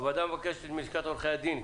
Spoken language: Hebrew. הוועדה מבקשת מלשכת עורכי הדין,